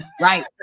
Right